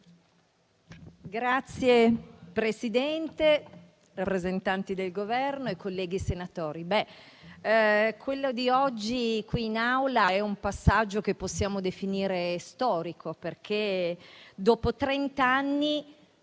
Signor Presidente, signori rappresentanti del Governo, colleghi senatori, quello di oggi qui in Aula è un passaggio che possiamo definire storico, perché dopo trent'anni